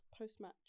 post-match